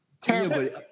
Terrible